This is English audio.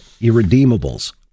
irredeemables